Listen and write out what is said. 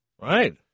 Right